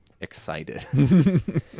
excited